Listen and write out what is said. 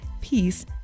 peace